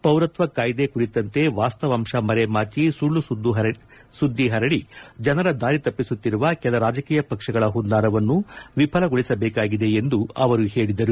ಪೌರತ್ವ ಕಾಯ್ದೆ ಕುರಿತಂತೆ ವಾಸ್ತವಾಂಶ ಮರೆಮಾಟಿ ಸುಳ್ಳು ಸುದ್ದಿ ಪರಡಿ ಜನರ ದಾರಿತಪ್ಪಿಸುತ್ತಿರುವ ಕೆಲ ರಾಜಕೀಯ ಪಕ್ಷಗಳ ಹುನ್ನಾರವನ್ನು ವಿಫಲಗೊಳಿಸಬೇಕಾಗಿದೆ ಎಂದು ಅವರು ಹೇಳಿದರು